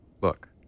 look